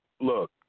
look